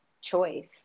choice